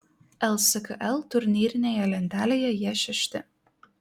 lskl turnyrinėje lentelėje jie šešti